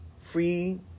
free